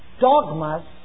dogmas